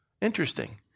Interesting